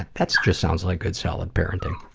that's just sounds like good solid parenting.